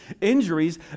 injuries